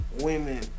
women